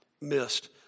missed